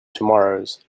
tomorrows